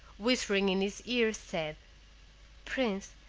whispering in his ear, said prince,